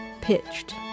pitched